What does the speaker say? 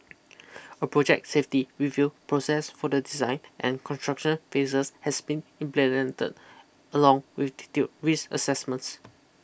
a project safety review process for the design and construction phases has been implemented along with detailed risk assessments